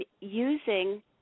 using